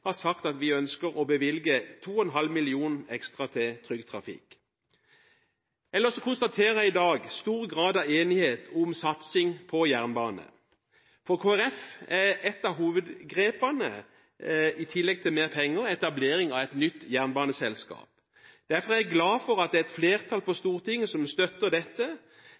har sagt at den ønsker å bevilge 2,5 mill. kr ekstra til Trygg Trafikk. Ellers konstaterer jeg i dag en stor grad av enighet om en satsing på jernbanen. For Kristelig Folkeparti er ett av hovedgrepene, i tillegg til mer penger, etablering av et nytt jernbaneselskap. Derfor er jeg glad for at det er et flertall på Stortinget som støtter dette,